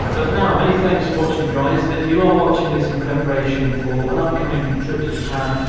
but for now many thanks for watching guys, and if you are watching this in preparation for an upcoming trip to japan,